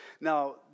Now